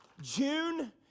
June